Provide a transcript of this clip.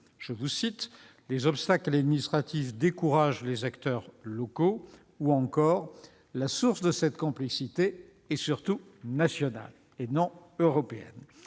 dit que « les obstacles administratifs découragent les acteurs locaux » ou que « la source de cette complexité est surtout nationale, et non européenne ».